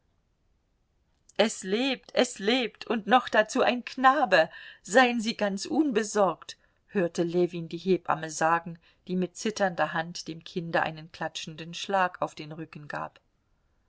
es lebt es lebt und noch dazu ein knabe seien sie ganz unbesorgt hörte ljewin die hebamme sagen die mit zitternder hand dem kinde einen klatschenden schlag auf den rücken gab